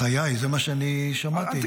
בחיי, זה מה שאני שמעתי.